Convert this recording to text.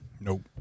Nope